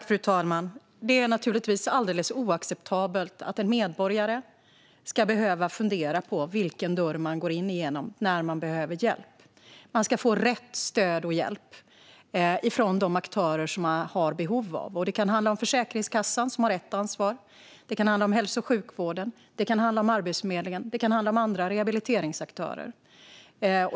Fru talman! Det är naturligtvis alldeles oacceptabelt att en medborgare ska behöva fundera på vilken dörr man går in igenom när man behöver hjälp. Man ska få rätt stöd och hjälp från de aktörer som man har behov av. Det kan handla om Försäkringskassan, som har ett ansvar. Det kan handla om hälso och sjukvården. Det kan handla om Arbetsförmedlingen, och det kan handla om andra rehabiliteringsaktörer.